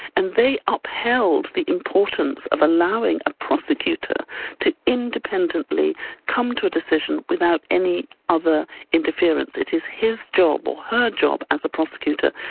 and they upheld the importance of allowing a prosecutor to independently come to a decision without any other interference. it is his job, or her job as a prosecutor,